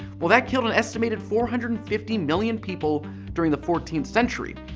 well that killed an estimated four hundred and fifty million people during the fourteenth century.